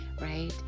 right